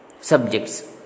subjects